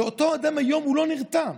ואותו אדם היום לא נרתע.